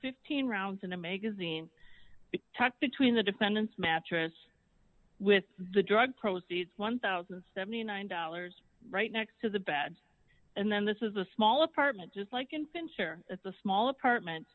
fifteen rounds in a magazine tucked between the defendant's mattress with the drug proceeds one thousand and seventy nine dollars right next to the bad and then this is a small apartment just like infants or the small apartment